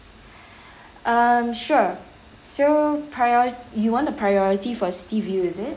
um sure so prior you want a priority for city view is it